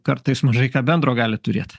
kartais mažai ką bendro gali turėti